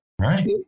Right